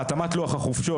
דיברת על לוח החופשות.